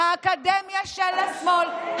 האקדמיה של השמאל,